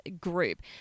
group